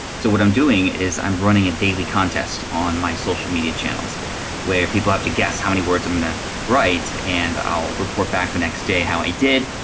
so what i'm doing is i'm running a daily contest on my social media channels where people have to guess how many words i'm gonna write, and i'll report back the next day how i did,